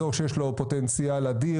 אזור שיש לו פוטנציאל אדיר,